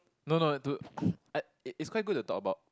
no no to I it's quite good to talk about